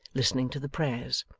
listening to the prayers.